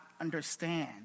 understand